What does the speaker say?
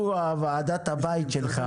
אנחנו ועדת הבית שלך,